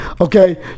okay